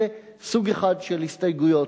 זה סוג אחד של הסתייגויות,